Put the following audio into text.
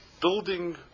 building